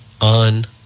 on